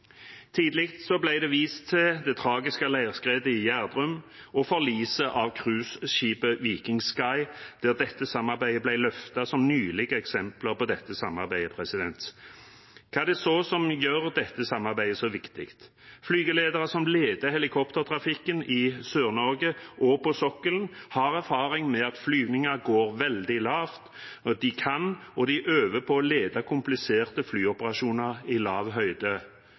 det vist til det tragiske leirskredet i Gjerdrum og forliset av cruiseskipet «Viking Sky», da disse ble løftet som nylige eksempler på dette samarbeidet. Hva er det så som gjør dette samarbeidet så viktig? Flygeledere som leder helikoptertrafikken i Sør-Norge og på sokkelen, har erfaring med flygninger som går veldig lavt, og de kan og øver på å lede kompliserte flyoperasjoner i lav høyde.